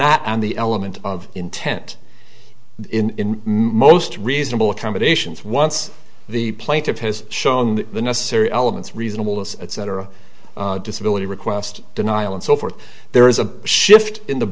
not and the element of intent in most reasonable accommodations once the plaintiff has shown the necessary elements reasonable us etc disability request denial and so forth there is a shift in the